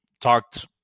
talked